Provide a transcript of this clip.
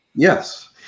Yes